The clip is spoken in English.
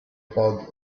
bug